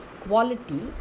quality